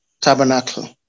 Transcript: Tabernacle